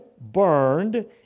burned